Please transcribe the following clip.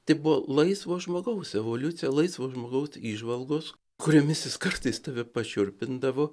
tai buvo laisvo žmogaus evoliucija laisvo žmogaus įžvalgos kuriomis jis kartais tave pašiurpindavo